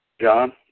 John